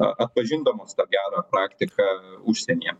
a atpažindamos tą gerą praktiką užsienyje